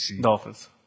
Dolphins